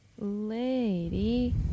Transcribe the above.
lady